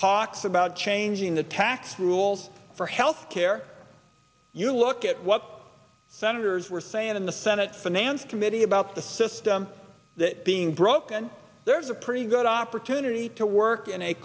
talks about changing the tax rules for health care you look at what the senators were saying in the senate finance committee about the system that being broken there's a pretty good opportunity to work in a